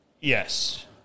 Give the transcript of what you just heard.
Yes